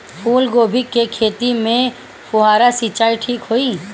फूल गोभी के खेती में फुहारा सिंचाई ठीक होई?